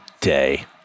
day